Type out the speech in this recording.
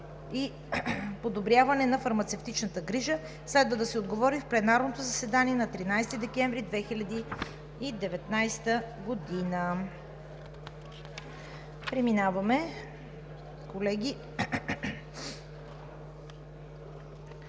и подобряване на фармацевтичната грижа. Следва да се отговори в пленарното заседание на 13 декември 2019 г. Справка